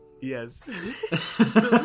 yes